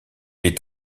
est